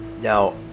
Now